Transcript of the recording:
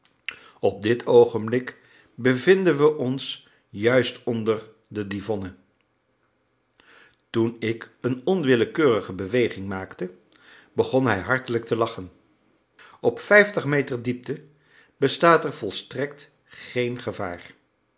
op dit oogenblik bevinden we ons juist onder de divonne toen ik een onwillekeurige beweging maakte begon hij hartelijk te lachen op vijftig meter diepte bestaat er volstrekt geen gevaar